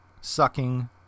sucking